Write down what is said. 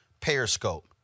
Periscope